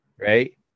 right